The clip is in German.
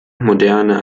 moderne